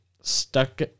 stuck